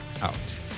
out